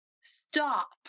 Stop